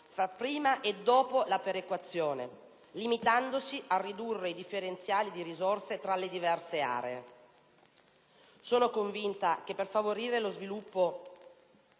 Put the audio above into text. fra prima e dopo la perequazione, limitandosi a ridurre i differenziali di risorse tra le diverse aree. Sono convinta che per favorire lo sviluppo